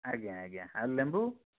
ଆଜ୍ଞା ଆଜ୍ଞା ଆଉ ଲେମ୍ବୁ